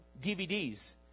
DVDs